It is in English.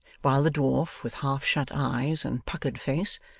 while the dwarf, with half-shut eyes and puckered face,